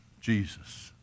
Jesus